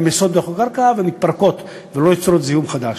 נמסות בתוך הקרקע ומתפרקות ולא יוצרות זיהום חדש.